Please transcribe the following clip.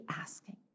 asking